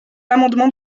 l’amendement